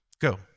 Go